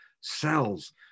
cells